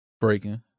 Breaking